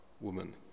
woman